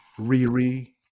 Riri